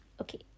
okay